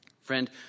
Friend